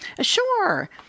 Sure